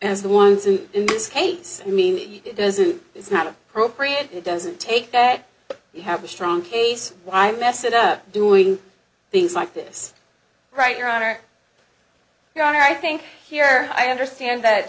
as the ones in this case i mean it doesn't it's not appropriate it doesn't take that you have a strong case why mess it up doing things like this right your honor your honor i think here i understand that